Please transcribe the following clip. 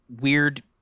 weird